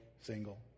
single